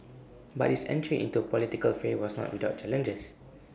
but his entry into the political fray was not without challenges